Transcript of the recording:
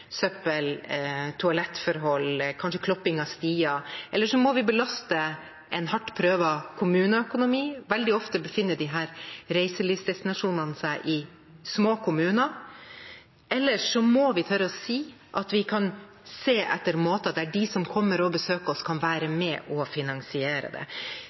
vi belaste en hardt prøvet kommuneøkonomi. Veldig ofte befinner disse reiselivsdestinasjonene seg i små kommuner. Eller vi må tørre å si at vi kan se etter måter der de som kommer og besøker oss, kan være med og finansiere det